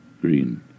Green